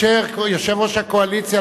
יושב-ראש הקואליציה,